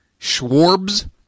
Schwarbs